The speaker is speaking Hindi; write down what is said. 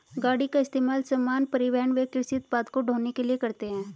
गाड़ी का इस्तेमाल सामान, परिवहन व कृषि उत्पाद को ढ़ोने के लिए करते है